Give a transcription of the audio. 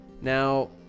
Now